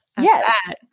Yes